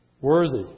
worthy